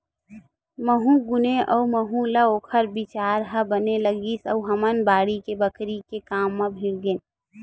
महूँ गुनेव अउ महूँ ल ओखर बिचार ह बने लगिस अउ हमन बाड़ी बखरी के काम म भीड़ गेन